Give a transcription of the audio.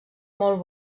molt